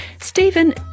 Stephen